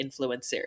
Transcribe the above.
influencer